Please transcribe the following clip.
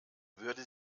würde